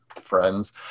friends